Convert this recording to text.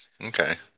Okay